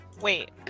Wait